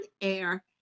air